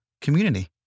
community